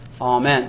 Amen